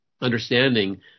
understanding